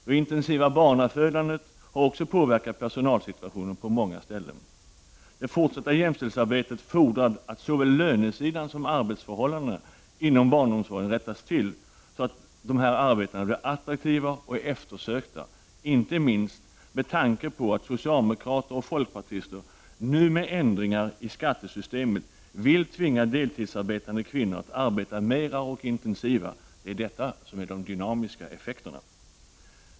Det intensiva barnafödandet har också påverkat personalsituationen på många ställen. Det fortsatta jämställdhetsarbetet fordrar att såväl lönesidan som arbetsförhållandena inom barnomsorgen rättas till, så att arbetena blir attraktiva och eftersökta — inte minst med tanke på att socialdemokrater och folkpartister nu med ändringar i skattesystemet vill tvinga deltidsarbetande kvinnor att arbeta mera och intensivare. Det är detta som ger de dynamiska effekterna!